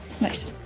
Nice